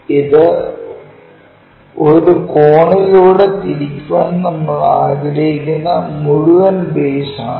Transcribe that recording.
ഇത് ഒരു കോണിലൂടെ തിരിക്കാൻ നമ്മൾ ആഗ്രഹിക്കുന്ന മുഴുവൻ ബേസ് ആണ്